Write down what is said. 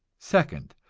second,